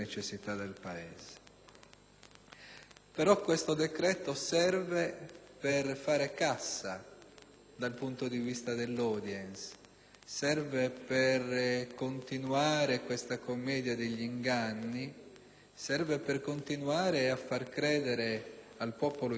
Però questo decreto serve per fare cassa dal punto di vista dell'*audience*; serve per continuare questa commedia degli inganni; serve per continuare a far credere al popolo italiano che a